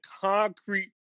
concrete